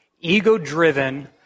ego-driven